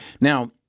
Now